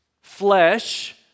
flesh